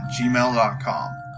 gmail.com